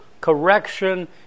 correction